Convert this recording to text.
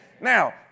Now